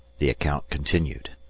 the account continued.